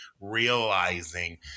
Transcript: realizing